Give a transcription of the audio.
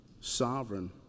sovereign